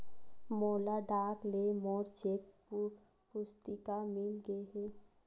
मोला डाक ले मोर चेक पुस्तिका मिल गे हे